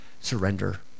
surrender